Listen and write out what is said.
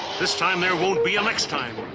this time there won't be a next time.